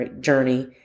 journey